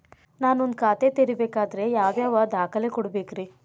ನಾನ ಒಂದ್ ಖಾತೆ ತೆರಿಬೇಕಾದ್ರೆ ಯಾವ್ಯಾವ ದಾಖಲೆ ಕೊಡ್ಬೇಕ್ರಿ?